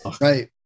Right